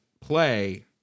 play